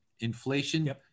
Inflation